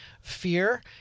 fear